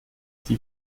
die